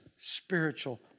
spiritual